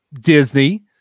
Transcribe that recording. Disney